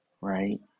Right